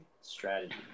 Strategy